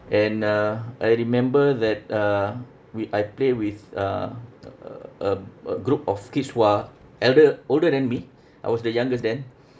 and uh I remember that uh we I play with a a a a a group of kids who are elder older than me I was the youngest then